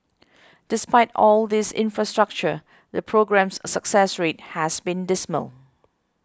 despite all this infrastructure the programme's success rate has been dismal